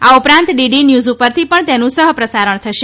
આ ઉપરાંત DD news પરથી પણ તેનું સહ પ્રસારણ થશે